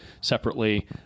separately